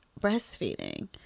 breastfeeding